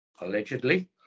allegedly